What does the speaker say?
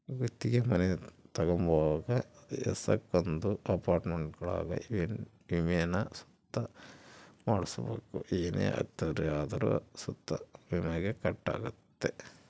ಗುತ್ತಿಗೆ ಮನೆ ತಗಂಬುವಾಗ ಏಸಕೊಂದು ಅಪಾರ್ಟ್ಮೆಂಟ್ಗುಳಾಗ ವಿಮೇನ ಸುತ ಮಾಡ್ಸಿರ್ಬಕು ಏನೇ ಅಚಾತುರ್ಯ ಆದ್ರೂ ಸುತ ವಿಮೇಗ ಕಟ್ ಆಗ್ತತೆ